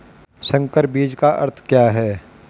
संकर बीज का अर्थ क्या है?